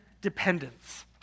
dependence